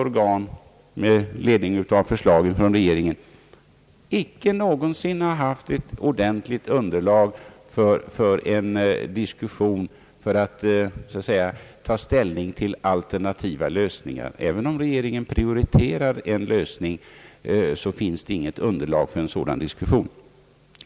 forskningspolitiken ledning av förslag från regeringen, icke någonsin haft ett ordentligt underlag för att diskutera och ta ställning till alternativa lösningar. Även om regeringen prioriterar en lösning finns det inget underlag för en sådan diskussion.